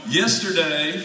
yesterday